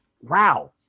Wow